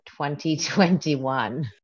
2021